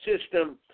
system